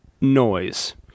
noise